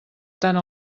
tant